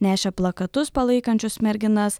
nešė plakatus palaikančius merginas